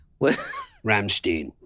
Ramstein